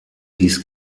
dies